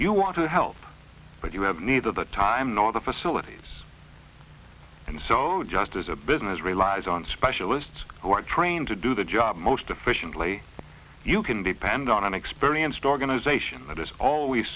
you want to help but you have neither the time nor the facilities and so just as a business relies on specialists who are trained to do the job most efficiently you can depend on an experienced organization that is always